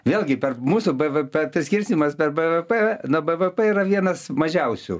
vėlgi per mūsų bvp tas skirstymas per bvp na bvp yra vienas mažiausių